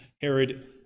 herod